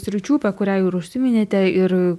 sričių apie kurią jau ir užsiminėte ir